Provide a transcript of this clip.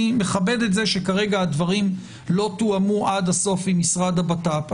אני מכבד את זה שכרגע הדברים לא תואמו עד הסוף עם משרד הבט"פ.